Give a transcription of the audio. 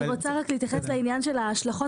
אבל אני רק רוצה להתייחס לעניין של ההשלכות